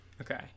Okay